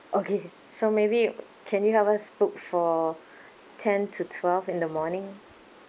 okay so maybe you can you help us book for ten to twelve in the morning